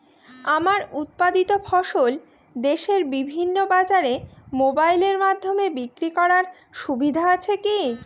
আমার উৎপাদিত ফসল দেশের বিভিন্ন বাজারে মোবাইলের মাধ্যমে বিক্রি করার সুবিধা আছে কি?